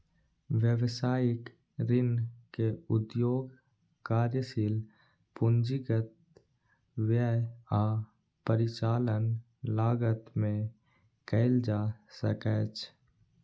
व्यवसायिक ऋण के उपयोग कार्यशील पूंजीगत व्यय आ परिचालन लागत मे कैल जा सकैछ